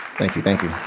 thank you, thank you.